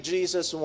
Jesus